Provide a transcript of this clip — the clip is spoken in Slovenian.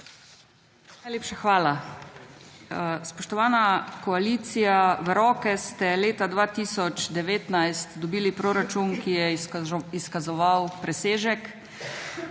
hvala. Spoštovana koalicija, v roke ste leta 2019 dobili proračun, ki je izkazoval presežek,